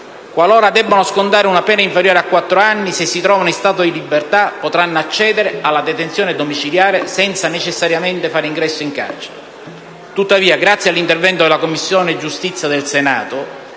qualora debbano scontare una pena inferiore a quattro anni, se si trovano in stato di libertà, potranno accedere alla detenzione domiciliare senza necessariamente fare ingresso in carcere. Tuttavia, grazie all'intervento della Commissione giustizia del Senato,